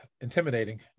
intimidating